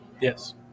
Yes